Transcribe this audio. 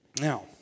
Now